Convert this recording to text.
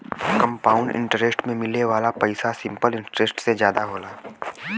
compound interest में मिले वाला पइसा सिंपल इंटरेस्ट से जादा होला